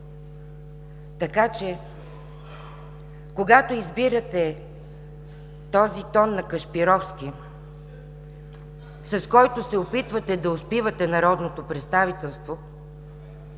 Така че, когато избирате този тон на Кашпировски, с който се опитвате да успивате народното представителство,